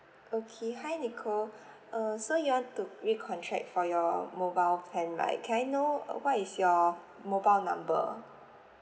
okay hi nicole err so you want to recontract for your mobile plan right can I know uh what is your mobile number